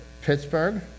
Pittsburgh